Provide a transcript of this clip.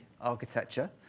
Architecture